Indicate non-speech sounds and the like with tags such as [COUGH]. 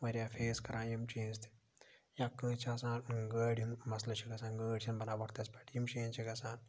واریاہ فیس کَران یِم چیٖز تہِ یا کٲنٛسہِ چھِ آسان گاڑِ ہُنٛد مَسلہٕ چھُ گژھان گٲڑۍ چھَنہٕ بَنان وَقتَس پٮ۪ٹھ یِم [UNINTELLIGIBLE] چھِ گژھان